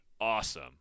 awesome